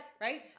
Right